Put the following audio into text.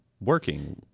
working